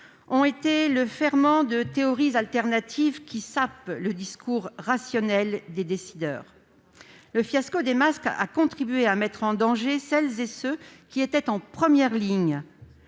ont été le ferment de théories alternatives qui sapent le discours rationnel des décideurs. Le fiasco des masques a contribué à mettre en danger celles et ceux qui étaient en première ligne